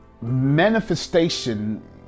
Manifestation